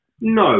No